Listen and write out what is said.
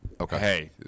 Okay